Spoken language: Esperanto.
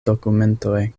dokumentoj